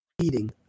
eating